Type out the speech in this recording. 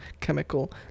chemical